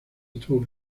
estuvo